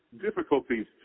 difficulties